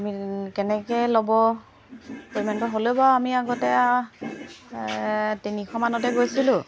আমি কেনেকৈ ল'ব পে'মেণ্টটো হ'লেও বাৰু আমি আগতে তিনিশ মানতে গৈছিলোঁ